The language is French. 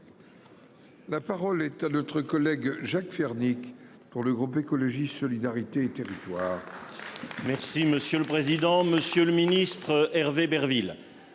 La parole est à l'autre collègue Jacques Fernique. Pour le groupe écologiste solidarité. Victoire. Merci monsieur le président, Monsieur le Ministre, Hervé Berville